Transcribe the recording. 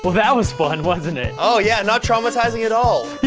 but that was fun, wasn't it? oh, yeah, not traumatizing at all.